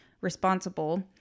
responsible